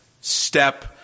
step